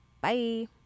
Bye